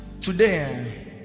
today